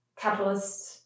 capitalist